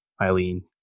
eileen